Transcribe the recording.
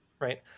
right